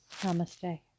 Namaste